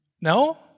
No